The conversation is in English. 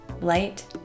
light